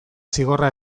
zigorra